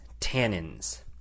tannins